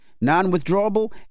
Non-withdrawable